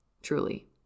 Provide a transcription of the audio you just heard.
truly